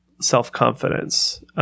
self-confidence